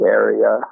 area